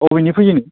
अबेनि फैयोनो